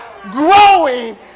growing